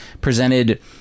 presented